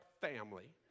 family